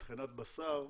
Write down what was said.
מטחנת בשר,